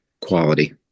quality